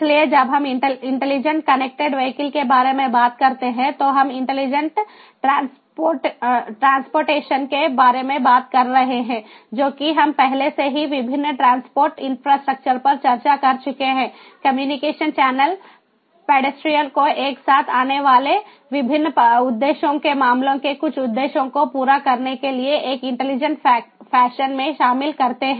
इसलिए जब हम इंटेलिजेंट कनेक्टेड वीहिकल के बारे में बात करते हैं तो हम इंटेलिजेंट ट्रांसपोर्टेशन के बारे में बात कर रहे हैं जो कि हम पहले से ही विभिन्न ट्रांसपोर्ट इंफ्रास्ट्रक्चर पर चर्चा कर चुके हैं कम्युनिकेशन चैनल पेडेस्ट्रियन को एक साथ आने वाले विभिन्न उद्देश्यों के मामलों के कुछ उद्देश्यों को पूरा करने के लिए एक इंटेलिजेंट फैशन में शामिल करते हैं